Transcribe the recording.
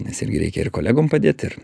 nes irgi reikia ir kolegom padėt ir